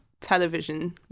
television